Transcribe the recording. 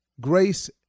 grace